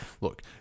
Look